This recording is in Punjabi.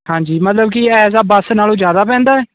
ਹਾਂਜੀ ਮਤਲਬ ਕਿ ਆ ਬੱਸ ਨਾਲੋਂ ਜ਼ਿਆਦਾ ਪੈਂਦਾ